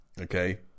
Okay